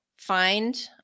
find